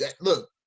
Look